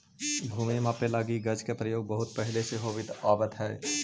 भूमि मापे लगी गज के प्रयोग बहुत पहिले से होवित आवित हइ